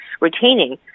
retaining